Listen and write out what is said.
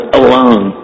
alone